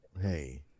hey